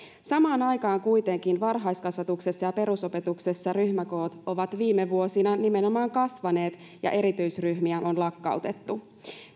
samaan aikaan kuitenkin varhaiskasvatuksessa ja perusopetuksessa ryhmäkoot ovat viime vuosina nimenomaan kasvaneet ja erityisryhmiä on lakkautettu